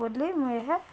ବୋଲି ମୁଁ ଏହା